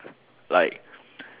like